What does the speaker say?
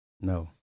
No